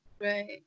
Right